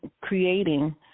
creating